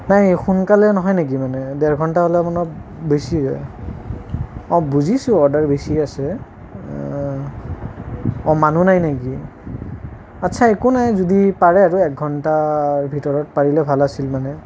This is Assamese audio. নাই সোনকালে নহয় নেকি মানে ডেৰঘণ্টামানত বেছি যায় অঁ বুজিছোঁ অৰ্ডাৰ বেছি আছে অঁ মানুহ নাই নেকি আচ্ছা একো নাই যদি পাৰে আৰু এঘণ্টাৰ ভিতৰত পাৰিলে ভাল আছিল মানে